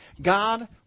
God